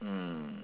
mm